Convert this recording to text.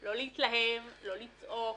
לא להתלהם, לא לצעוק.